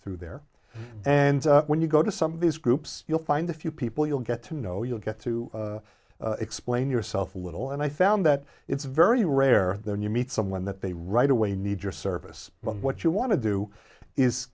through there and when you go to some of these groups you'll find a few people you'll get to know you'll get to explain yourself a little and i found that it's very rare then you meet someone that they right away need your service but what you want to do is